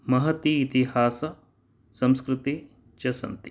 महति इतिहास संस्कृतिः च सन्ति